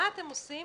מה אתם עושים